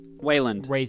Wayland